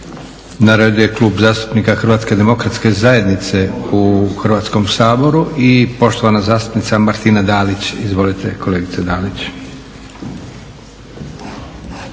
Na redu je Klub zastupnika HDZ-a u Hrvatskom saboru i poštovana zastupnica Martina Dalić. Izvolite kolegice Dalić.